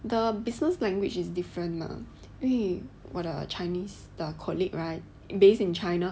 the business language is different lah 因为我的 chinese 的 colleague right based in china